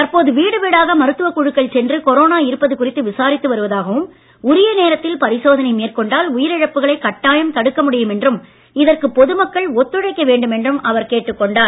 தற்போது வீடு வீடாக மருத்துவக் குழுக்கள் சென்று கொரோனா இருப்பது குறித்து விசாரித்து வருவதாகவும் உரிய நேரத்தில் பரிசோதனை மேற்கொண்டால் உயிரிழப்புகளைக் கட்டாயம் தடுக்க முடியும் என்றும் இதற்கு பொதுமக்கள் ஒத்துழைக்க வேண்டும் என்றும் அவர் கேட்டுக் கொண்டார்